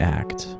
act